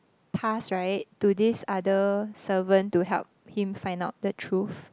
pass right to this other servant to help him find out the truth